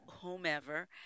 whomever